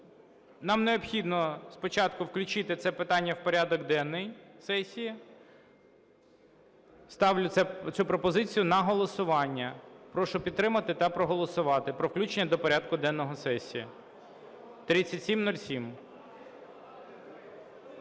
Нам необхідно спочатку включити це питання в порядок денний сесії. Ставлю цю пропозицію на голосування. Прошу підтримати та проголосувати про включення до порядку денного сесії 3707.